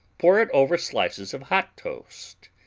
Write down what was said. pour it over slices of hot toast,